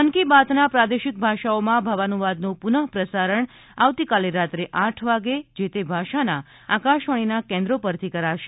મન કી બાતના પ્રાદેશિક ભાષાઓમાં ભાવાનુવાદનું પુનઃ પ્રસારણ આવતીકાલે રાત્રે આઠ વાગે જે તે ભાષાના આકાશવાણીના કેન્દ્રો પરથી કરાશે